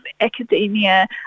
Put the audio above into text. academia